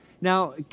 Now